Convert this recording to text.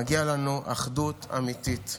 מגיעה לנו אחדות אמיתית.